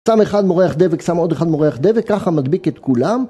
שם אחד מורח דבק, שם עוד אחד מורח דבק, ככה מדביק את כולם.